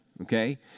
okay